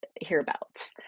hereabouts